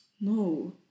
no